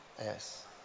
Yes